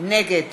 נגד